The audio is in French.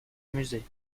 musée